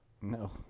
No